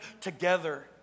together